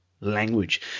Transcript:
language